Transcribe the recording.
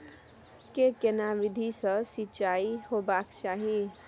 के केना विधी सॅ सिंचाई होबाक चाही?